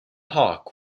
hawk